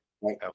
Right